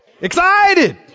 excited